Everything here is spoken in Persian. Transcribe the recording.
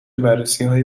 بررسیهای